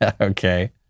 Okay